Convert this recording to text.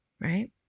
Right